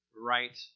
right